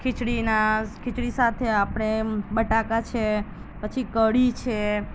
ખીચડીના ખીચડી સાથે આપણે બટાકા છે પછી કઢી છે